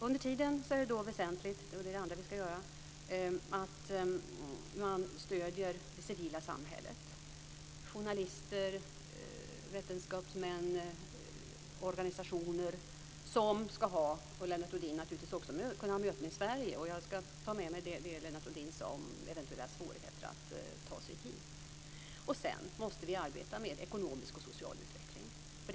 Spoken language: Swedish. Under tiden är det väsentligt - det är det andra vi skall göra - att man stöder det civila samhället, dvs. journalister, vetenskapsmän och organisationer. De skall som Lennart Rohdin säger naturligtvis också kunna ha möten i Sverige. Jag skall ta med mig det Lennart Rohdin sade om eventuella svårigheter att ta sig hit. Sedan måste vi arbeta med ekonomisk och social utveckling.